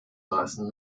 maßen